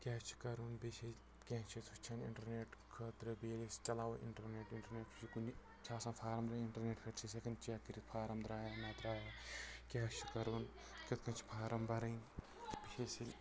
کیاہ چھُ کَرُن بیٚیہِ چھِ أسۍ کیٚنٛہہ چیٖز وٕچھان اِنٹرنیٚٹ خٲطرٕ بیٚیہِ ییٚلہِ أسۍ چلاوو اِنٹرنیٹ کُنہِ چھِ آسان فارم درٛامٕتۍ اِنٹرنیٚٹ پٮ۪ٹھ چھِ أسۍ ہٮ۪کان چیک کٔرِتھ فارم دارٛیا نہ دارٛیا کیاہ چھُ کرُن کِتھ کٔنۍ چھ فارم بَرٕنۍ